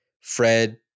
Fred